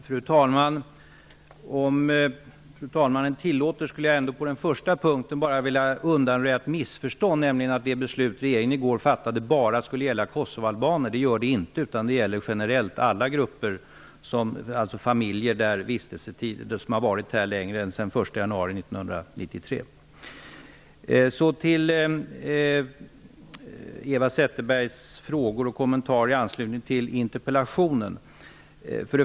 Fru talman! Om fru talmannen tillåter skulle jag vilja undanröja ett missförstånd, nämligen att det beslut regeringen fattade i går bara skulle gälla kosovoalbaner. Det gör det inte, utan det gäller generellt för alla grupper, dvs. familjer som varit här sedan 1 januari 1993 och längre. Låt mig sedan gå över till Eva Zetterbergs frågor och kommentarer i anslutning till interpellationen.